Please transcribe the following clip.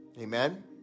Amen